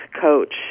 coach